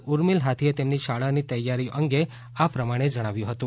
ઊર્મિલ હાથીએ તેમની શાળા ની તૈયારિયો અંગે આ પ્રમાણે જણાવ્યું હતું